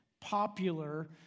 popular